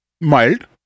mild